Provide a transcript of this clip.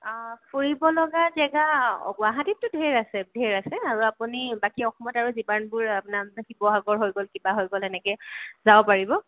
ফুৰিব লগা জেগা গুৱাহাটীতটো ধেৰ আছে ধেৰ আছে আৰু আপুনি বাকী অসমত আৰু যিমানবোৰ মানে শিৱসাগৰ হৈ গ'ল কিবা হৈ গ'ল এনেকৈ যাব পাৰিব